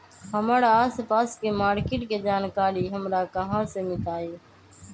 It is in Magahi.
हमर आसपास के मार्किट के जानकारी हमरा कहाँ से मिताई?